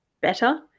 better